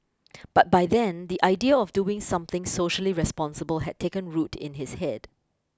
but by then the idea of doing something socially responsible had taken root in his head